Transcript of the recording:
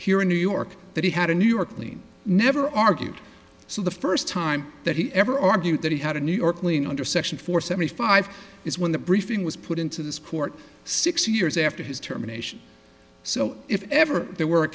here in new york that he had a new york lien never argued so the first time that he ever argued that he had a new york living under section four seventy five is when the briefing was put into this court six years after his terminations so if ever there were a